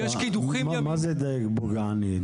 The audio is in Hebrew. מה זה דייג פוגעני?